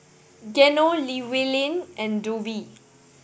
Geno Llewellyn and Dovie